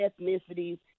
ethnicities